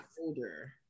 older